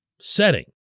setting